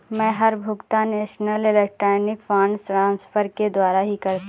मै हर भुगतान national electronic funds transfer के द्वारा ही करता हूँ